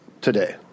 today